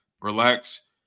relax